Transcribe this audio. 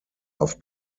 auf